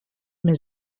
més